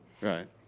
Right